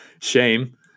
shame